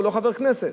הוא לא חבר כנסת.